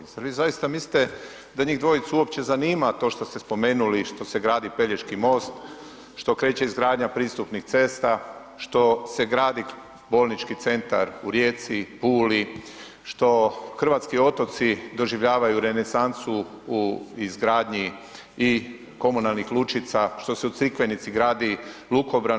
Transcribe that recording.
Zar vi zaista mislite da njih dvojicu uopće zanima to što ste spomenuli što se gradi Pelješki most, što kreće izgradnja pristupnih cesta, što se gradi bolnički centar u Rijeci, Puli, što hrvatski otoci doživljavaju renesansu u izgradnji i komunalnih lučica, što se u Crikvenici gradi lukobran.